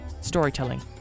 storytelling